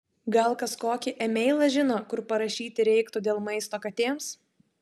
gal kas kokį e mailą žino kur parašyti reiktų dėl maisto katėms